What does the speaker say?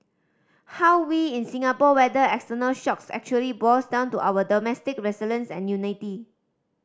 how we in Singapore weather external shocks actually boils down to our domestic resilience and unity